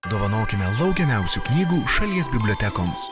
dovanokime laukiamiausių knygų šalies bibliotekoms